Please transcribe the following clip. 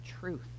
truth